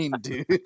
dude